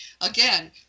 Again